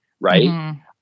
right